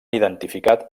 identificat